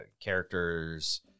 characters